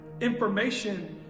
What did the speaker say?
information